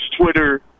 Twitter